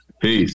Peace